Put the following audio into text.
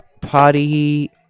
party